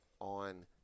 On